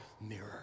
mirror